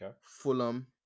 Fulham